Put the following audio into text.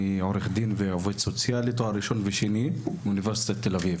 עורך דין ועובד סוציאלי עם תואר ראשון ושני מאוניברסיטת תל אביב.